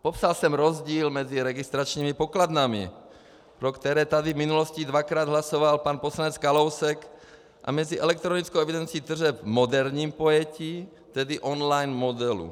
Popsal jsem rozdíl mezi registračními pokladnami, pro které tady v minulosti dvakrát hlasoval pan poslanec Kalousek, a elektronickou evidencí tržeb v moderním pojetí, tedy online modelu.